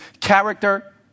character